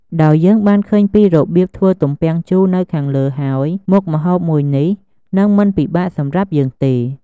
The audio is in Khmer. ដោយយើងបានឃើញពីរបៀបធ្វើទំពាំងជូរនៅខាងលើហើយ មុខម្ហូបមួយនេះនឹងមិនពិបាកសម្រាប់យើងទេ។